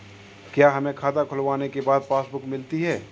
क्या हमें खाता खुलवाने के बाद पासबुक मिलती है?